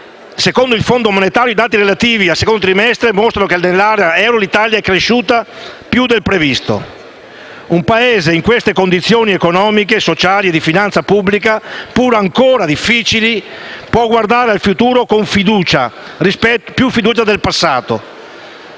Secondo il Fondo monetario internazionale, i dati relativi al secondo trimestre mostrano che nell'area euro l'Italia è cresciuta più del previsto. Un Paese in queste condizioni economiche, sociali e di finanza pubblica, pur ancora difficili, può guardare al futuro con maggiore fiducia rispetto